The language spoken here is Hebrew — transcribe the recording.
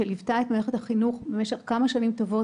שליוותה את מערכת החינוך במשך כמה שנים טובות